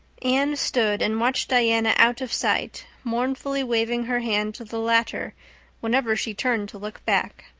anne stood and watched diana out of sight, mournfully waving her hand to the latter whenever she turned to look back.